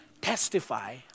testify